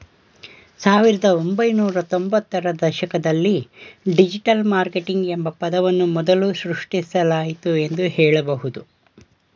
ಸಾವಿರದ ಒಂಬೈನೂರ ತ್ತೊಂಭತ್ತು ರ ದಶಕದಲ್ಲಿ ಡಿಜಿಟಲ್ ಮಾರ್ಕೆಟಿಂಗ್ ಎಂಬ ಪದವನ್ನು ಮೊದಲು ಸೃಷ್ಟಿಸಲಾಯಿತು ಎಂದು ಹೇಳಬಹುದು